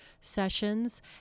sessions